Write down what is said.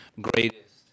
greatest